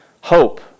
hope